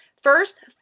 First